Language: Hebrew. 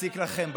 מציק לכם בדוחות.